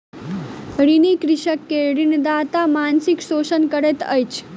ऋणी कृषक के ऋणदाता मानसिक शोषण करैत अछि